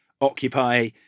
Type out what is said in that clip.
occupy